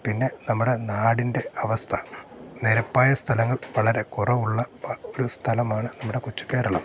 പിന്നെ നമ്മുടെ നാടിൻ്റെ അവസ്ഥ നിരപ്പായ സ്ഥലങ്ങൾ വളരെ കുറവുള്ള ഒരു സ്ഥലമാണ് നമ്മുടെ കൊച്ച് കേരളം